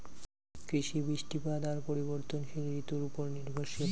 কৃষি, বৃষ্টিপাত আর পরিবর্তনশীল ঋতুর উপর নির্ভরশীল